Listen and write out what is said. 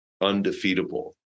undefeatable